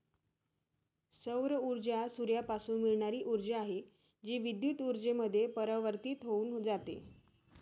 सौर ऊर्जा सूर्यापासून मिळणारी ऊर्जा आहे, जी विद्युत ऊर्जेमध्ये परिवर्तित होऊन जाते